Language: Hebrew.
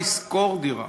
לשכור דירה,